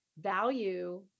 value